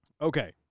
Okay